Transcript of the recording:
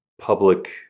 public